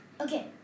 okay